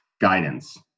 guidance